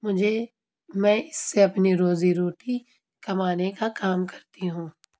مجھے میں اس سے اپنی روزی روٹی کمانے کا کام کرتی ہوں